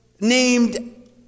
named